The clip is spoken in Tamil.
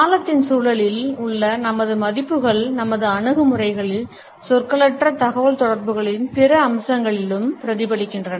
காலத்தின் சூழலில் உள்ள நமது மதிப்புகள் நமது அணுகுமுறைகளிலும் சொற்களற்ற தகவல்தொடர்புகளின் பிற அம்சங்களிலும் பிரதிபலிக்கின்றன